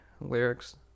lyrics